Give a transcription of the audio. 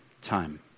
time